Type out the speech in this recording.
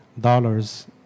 dollars